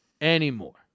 anymore